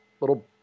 little